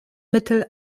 mittel